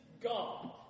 God